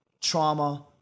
trauma